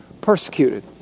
persecuted